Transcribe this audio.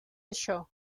això